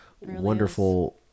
wonderful